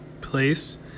place